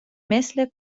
مثل